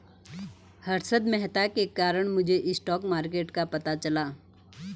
हर्षद मेहता के कारण मुझे स्टॉक मार्केट का पता चला